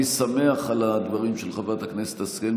אני שמח על הדברים של חברת הכנסת השכל,